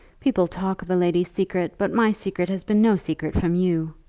people talk of a lady's secret, but my secret has been no secret from you?